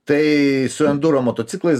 tai su enduro motociklais